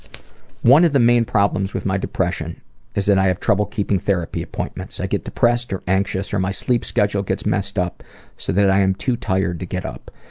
one of the main problems with my depression is that i have trouble keeping therapy appointments. i get depressed or anxious or my sleep schedule gets messed up so that i am too tired to get up.